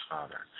Father